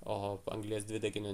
o anglies dvideginio